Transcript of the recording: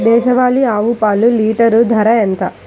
దేశవాలీ ఆవు పాలు లీటరు ధర ఎంత?